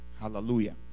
Hallelujah